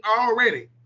already